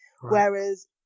whereas